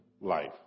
life